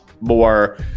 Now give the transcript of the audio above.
more